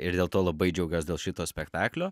ir dėl to labai džiaugiuos dėl šito spektaklio